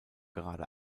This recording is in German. gerade